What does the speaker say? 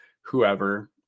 whoever